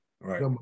Right